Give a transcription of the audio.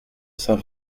saint